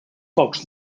pocs